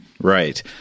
Right